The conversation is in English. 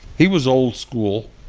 he was old-school.